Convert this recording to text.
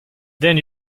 then